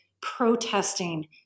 protesting